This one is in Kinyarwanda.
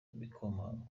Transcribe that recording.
bikomagu